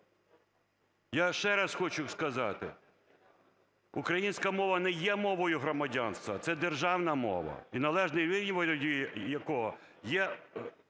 Я ще раз хочу сказати, українська мова не є мовою громадянства – це державна мова, і належне, вільне володіння